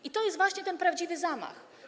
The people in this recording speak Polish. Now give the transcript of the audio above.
I to jest właśnie ten prawdziwy zamach.